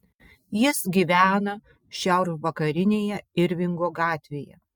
jis gyvena šiaurvakarinėje irvingo gatvėje